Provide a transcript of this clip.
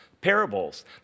Parables